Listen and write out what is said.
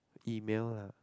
email lah